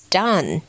done